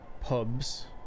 pubs